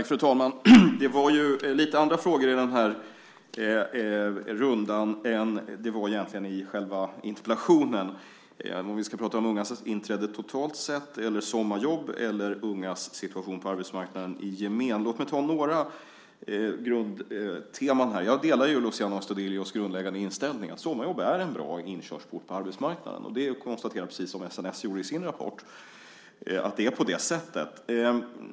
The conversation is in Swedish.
Fru talman! Det var lite andra frågor i den här rundan än vad det egentligen var i själva interpellationen. Jag vet inte om vi ska prata om ungas inträde på arbetsmarknaden totalt sett, om sommarjobb eller om ungas situation på arbetsmarknaden i gemen. Låt mig ta några grundteman. Jag delar Luciano Astudillos grundläggande inställning, att sommarjobben är en bra inkörsport på arbetsmarknaden. Det är ett konstaterande som jag gör och som SNS gör i sin rapport.